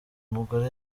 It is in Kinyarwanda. mugore